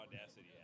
audacity